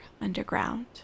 underground